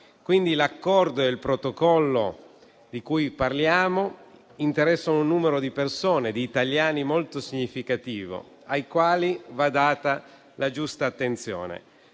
Quindi, l'Accordo e il Protocollo di cui parliamo interessano un numero di italiani molto significativo, ai quali va data la giusta attenzione.